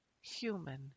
human